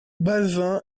bazin